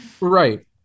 right